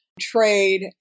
trade